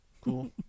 Cool